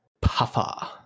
puffer